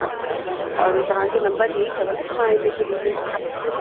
अच्छा और तव्हांजो नम्बर हे ई अथव न मां हिनखे बिल्कुलु